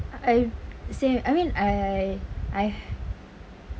I same I mean I I I